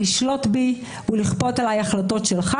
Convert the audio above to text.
לשלוט בי ולכפות עלי החלטות שלך.